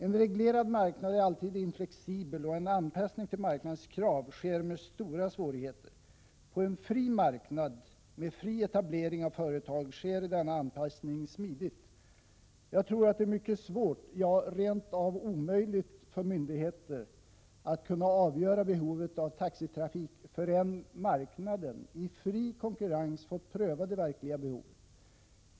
En reglerad marknad är alltid oflexibel, och en anpassning till marknadens krav sker med stora svårigheter. På en fri marknad med fri etablering av företag sker denna anpassning smidigt. Jag tror att det är mycket svårt — ja, rent av omöjligt — för myndigheter att kunna avgöra behovet av taxitrafik förrän marknaden i fri konkurrens fått pröva det verkliga behovet.